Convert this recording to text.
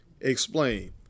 Explain